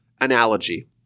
analogy